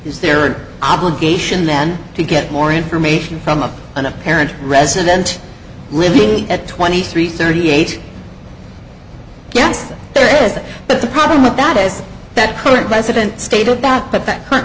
is there an obligation then to get more information from a an apparent resident living at twenty three thirty eight yes there is but the problem with that is that the current president stated that but that